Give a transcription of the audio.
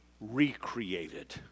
recreated